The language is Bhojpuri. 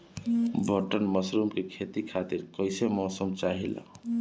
बटन मशरूम के खेती खातिर कईसे मौसम चाहिला?